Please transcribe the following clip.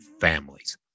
families